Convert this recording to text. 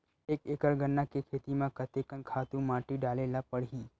एक एकड़ गन्ना के खेती म कते कन खातु माटी डाले ल पड़ही?